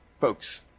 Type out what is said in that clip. Folks